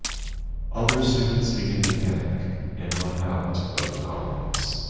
other students begin to panic and run out of the comments.